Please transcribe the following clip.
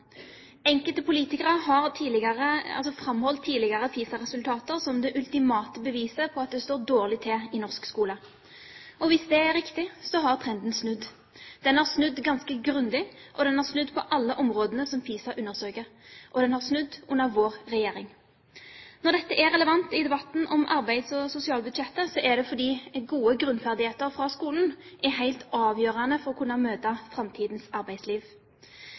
Enkelte politikere har framholdt tidligere PISA-resultater som det ultimate beviset på at det står dårlig til i norsk skole. Hvis det er riktig, så har trenden snudd. Den har snudd ganske grundig. Den har snudd på alle områdene som PISA undersøker, og den har snudd under vår regjering. Når dette er relevant i debatten om arbeids- og sosialbudsjettet, er det fordi gode grunnferdigheter fra skolen er helt avgjørende for å kunne møte framtidens arbeidsliv.